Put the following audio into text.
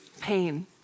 pain